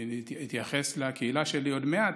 אני אתייחס לקהילה שלי עוד מעט,